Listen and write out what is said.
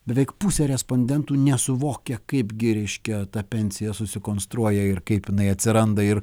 beveik pusė respondentų nesuvokia kaip gi reiškia ta pensija susikonstruoja ir kaip jinai atsiranda ir